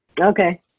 okay